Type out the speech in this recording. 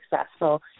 successful